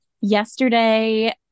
yesterday